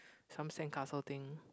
some sandcastle thing